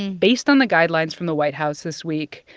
and based on the guidelines from the white house this week,